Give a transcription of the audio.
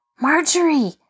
Marjorie